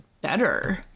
better